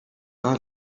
are